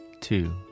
two